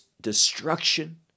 destruction